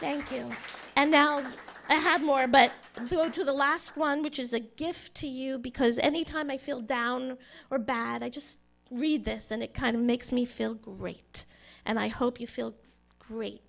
thank you and now i have more but to the last one which is a gift to you because anytime i feel down or bad i just read this and it kind of makes me feel great and i hope you feel great